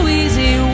easy